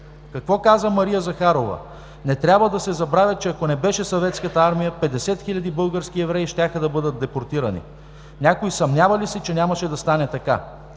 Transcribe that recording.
какво казва Мария Захарова: „Не трябва да се забравя, че ако не беше Съветската армия, 50 хил. български евреи щяха да бъдат депортирани. Някой съмнява ли се, че нямаше да стане така?